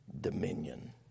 dominion